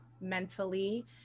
mentally